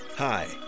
Hi